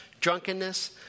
drunkenness